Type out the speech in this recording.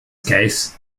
case